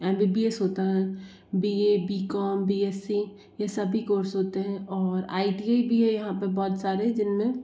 M B B S होता है B A B com B S C यह सभी कोर्स होते हैं और आई टी आई भी है यहाँ पर बहुत सारे जिनमें